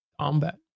combat